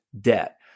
debt